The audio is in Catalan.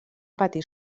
patir